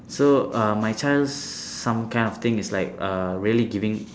so uh my child's some kind of thing is like uh really giving